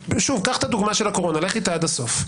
שוב, קח את הדוגמה של הקורונה, לך איתה עד הסוף.